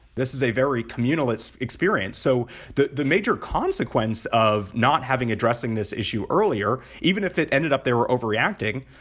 this is a very communal experience. so the the major consequence of not having addressing this issue earlier, even if it ended up they were overreacting,